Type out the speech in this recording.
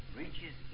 reaches